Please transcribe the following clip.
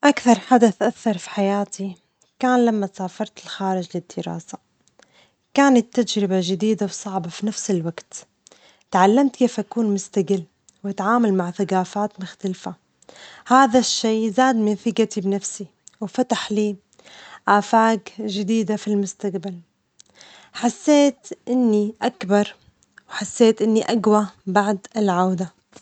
أكثر حدث أثر في حياتي كان لما سافرت للخارج للدراسة، كانت تجربة جديدة وصعبة في نفس الوجت، تعلمت كيف أكون مستجل وأتعامل مع ثجافات مختلفة، هذا الشيء زاد من ثجتي بنفسي وفتح لي آفاج جديدة في المستجبل، حسيت إني أكبر وحسيت إني أجوى بعد العودة.